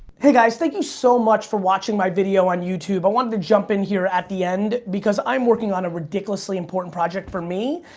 hey guys thank you so much for watching my video on youtube, i wanted to jump in here at the end, because i'm working on a ridiculously important project for me,